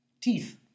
teeth